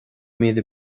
míle